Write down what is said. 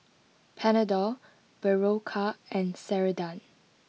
Panadol Berocca and Ceradan